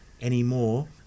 anymore